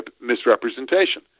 misrepresentation